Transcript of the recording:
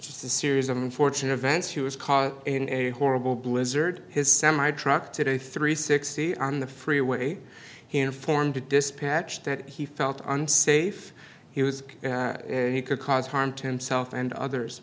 series of unfortunate events he was caught in a horrible blizzard his semi truck today three sixty on the freeway he informed the dispatch that he felt unsafe he was and he could cause harm to himself and others